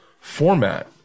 format